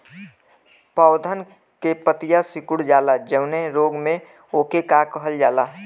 पौधन के पतयी सीकुड़ जाला जवने रोग में वोके का कहल जाला?